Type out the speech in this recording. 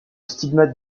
stigmate